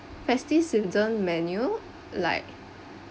festive season menu like